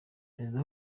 perezida